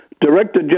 Director